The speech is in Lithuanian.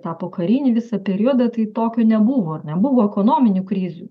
tą pokarinį visą periodą tai tokių nebuvo ar ne buvo ekonominių krizių